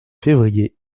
février